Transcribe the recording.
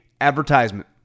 advertisement